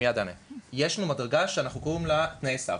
יש לנו מדרגה שאנחנו קוראים לה "תנאי סף".